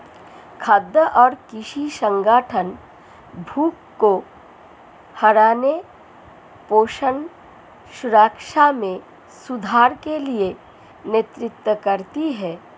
खाद्य और कृषि संगठन भूख को हराने पोषण सुरक्षा में सुधार के लिए नेतृत्व करती है